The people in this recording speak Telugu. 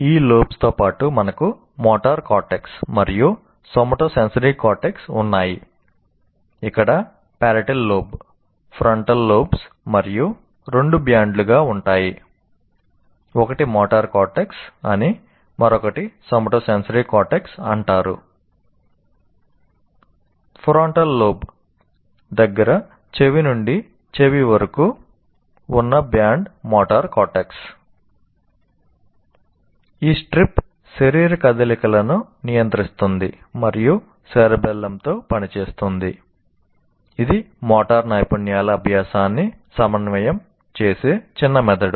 ఈ లోబ్స్తో పాటు మనకు మోటారు కార్టెక్స్ పనిచేస్తుంది ఇది మోటారు నైపుణ్యాల అభ్యాసాన్ని సమన్వయం చేసే చిన్న మెదడు